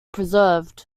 preserved